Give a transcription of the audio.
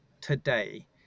today